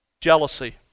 jealousy